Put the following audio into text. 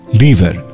liver